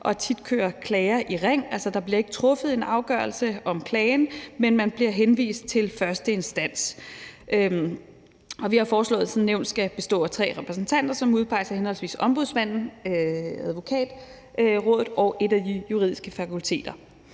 og tit kører klager i ring, altså bliver der ikke truffet en afgørelse om klagen, men man bliver henvist til første instans. Vi har foreslået, at sådan et nævn skal bestå af tre repræsentanter, som udpeges af henholdsvis Ombudsmanden, Advokatrådet og et af de juridiske fakulteter.